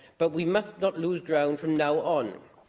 but we must not lose ground from now on.